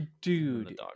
Dude